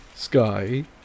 Sky